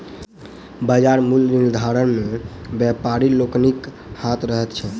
बाजार मूल्य निर्धारण मे व्यापारी लोकनिक हाथ रहैत छै